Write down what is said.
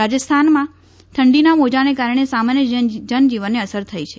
રાજસ્થાનમાં ઠંડીનાં મોજાને કારણે સામાન્ય જનજીવનને અસર થઈ છે